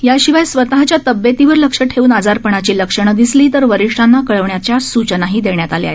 याशिवाय स्वतःच्या तब्येतीवर लक्ष ठेवून आजारपणाची लक्षणं दिसली तर वरिष्ठांना कळविण्याच्या सुचनाही देण्यात आल्या आहेत